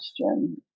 question